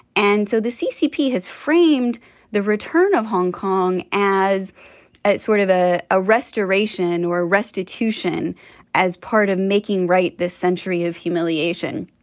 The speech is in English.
and so the ccp has framed the return of hong kong as sort of a a restoration or restitution as part of making. right. this century of humiliation.